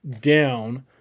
down